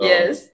Yes